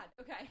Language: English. Okay